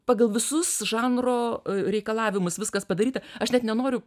pagal visus žanro reikalavimus viskas padaryta aš net nenoriu